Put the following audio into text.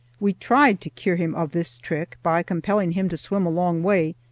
we tried to cure him of this trick by compelling him to swim a long way,